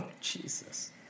Jesus